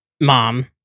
mom